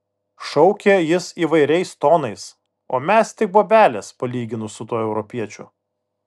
šaukė jis įvairiais tonais o mes tik bobelės palyginus su tuo europiečiu